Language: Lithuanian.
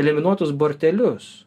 eliminuotus bortelius